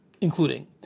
including